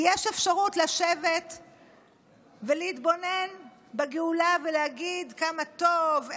כי יש אפשרות לשבת ולהתבונן בגאולה ולהגיד: כמה טוב,